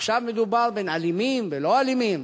עכשיו מדובר בין אלימים ללא-אלימים,